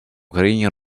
україні